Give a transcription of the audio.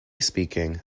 speaking